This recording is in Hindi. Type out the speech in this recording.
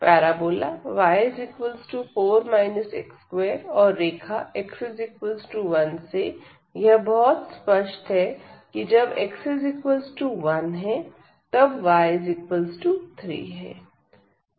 पैराबोला y4 x2 और रेखा x1 से यह बहुत स्पष्ट है कि जब x1 है तब y3 है